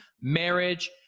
marriage